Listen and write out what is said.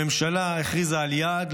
הממשלה הכריזה על יעד,